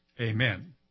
amen